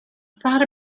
thought